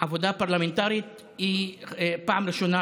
עבודה פרלמנטרית קורית פעם ראשונה,